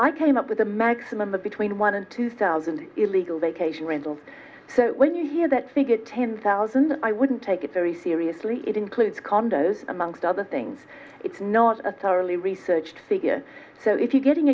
i came up with a maximum of between one and two thousand illegal they cation rentals so when you hear that they get ten thousand i wouldn't take it very seriously it includes condos amongst other things it's not a thoroughly researched figure so if you're getting